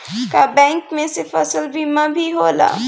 का बैंक में से फसल बीमा भी होला?